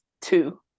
two